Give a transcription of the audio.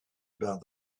about